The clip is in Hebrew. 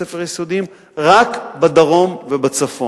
בתי-ספר יסודיים, רק בדרום ובצפון,